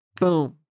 boom